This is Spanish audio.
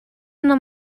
una